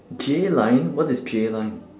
J line what is J line